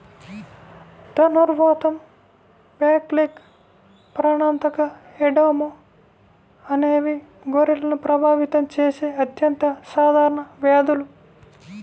ధనుర్వాతం, బ్లాక్లెగ్, ప్రాణాంతక ఎడెమా అనేవి గొర్రెలను ప్రభావితం చేసే అత్యంత సాధారణ వ్యాధులు